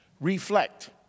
Reflect